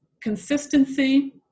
consistency